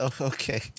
Okay